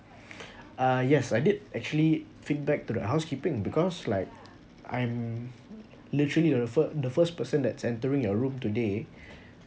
uh yes I did actually feedback to the housekeeping because like I'm literally the fir~ the first person that's entering your room today